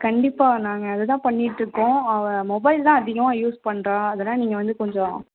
கண்டிப்பாக நாங்கள் அதை தான் பண்ணிட்டுருக்கோம் அவ மொபைல் தான் அதிகமாக யூஸ் பண்ணுறா அதைதான் நீங்கள் வந்து கொஞ்சம்